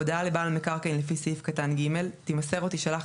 הודעה לבעל מקרקעין לפי סעיף קטן (ג) תימסר או תישלח